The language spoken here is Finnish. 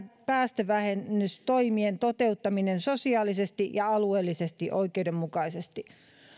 päästövähennystoimien toteuttaminen sosiaalisesti ja alueellisesti oikeudenmukaisesti